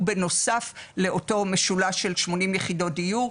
בנוסף לאותו משולש של 80 יחידות דיור.